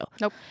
Nope